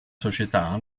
società